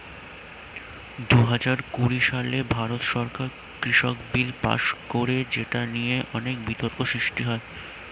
দুহাজার কুড়ি সালে ভারত সরকার কৃষক বিল পাস করে যেটা নিয়ে অনেক বিতর্ক সৃষ্টি হয়